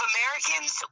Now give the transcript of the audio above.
Americans